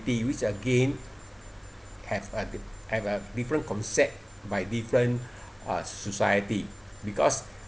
which again have a have a different concept by different uh society because